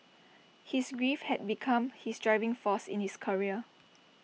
his grief had become his driving force in his career